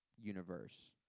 universe